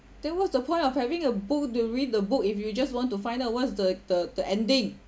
then what's the point of having a book to read the book if you just want to find out what's the the the ending